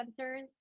sensors